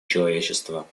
человечества